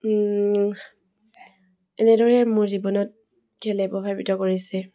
এনেদৰে মোৰ জীৱনত খেলে প্ৰভাৱিত কৰিছে